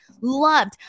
loved